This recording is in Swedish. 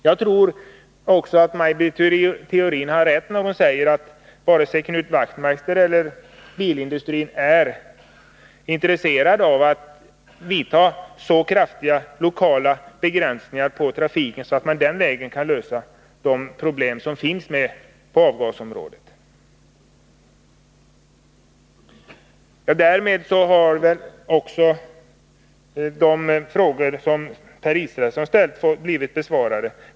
Jag tror också att Maj Britt Theorin har rätt när hon säger att varken Knut Wachtmeister eller bilindustrin är intresserade av att vidta så kraftiga lokala begränsningsåtgärder i trafiken att de kan lösa problemen på avgasområdet den vägen. Därmed har också de frågor som Per Israelsson ställde blivit besvarade.